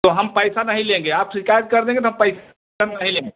तो हम पैसा नहीं लेंगे आप शिकायत कर देंगे तो हम पैसा नहीं लेंगे